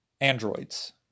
androids